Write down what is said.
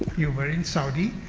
you were in saudi.